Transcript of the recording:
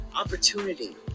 Opportunity